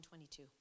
22